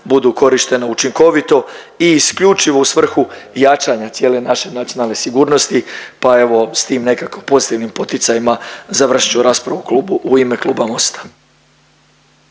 budu korištena učinkovito i isključivo u svrhu jačanja cijele naše nacionalne sigurnosti. Pa evo s tim nekako pozitivnim poticajima završit ću raspravu u klubu u ime kluba Mosta.